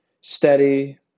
steady